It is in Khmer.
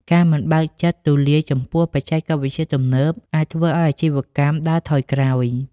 ការមិនបើកចិត្តទូលាយចំពោះបច្ចេកវិទ្យាទំនើបៗអាចធ្វើឱ្យអាជីវកម្មដើរថយក្រោយ។